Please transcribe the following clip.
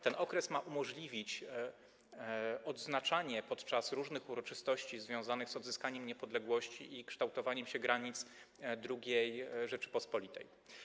Ten okres ma umożliwić odznaczanie podczas różnych uroczystości związanych z odzyskaniem niepodległości i kształtowaniem się granic II Rzeczypospolitej.